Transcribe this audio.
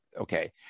Okay